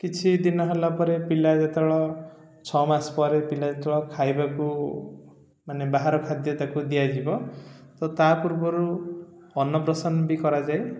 କିଛି ଦିନ ହେଲା ପରେ ପିଲା ଯେତେବେଳେ ଛଅ ମାସ ପରେ ପିଲା ଯେତେବେଳେ ଖାଇବାକୁ ମାନେ ବାହାର ଖାଦ୍ୟ ତାକୁ ଦିଆଯିବ ତ ତା ପୂର୍ବରୁ ଅନ୍ନପ୍ରାଶନ ବି କରାଯାଏ